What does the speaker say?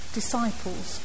disciples